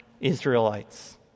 Israelites